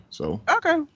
Okay